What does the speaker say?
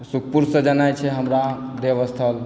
सुखपुरसँ जेनाइ छै हमरा देवस्थल